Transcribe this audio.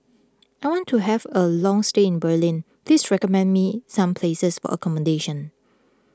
I want to have a long stay in Berlin please recommend me some places for accommodation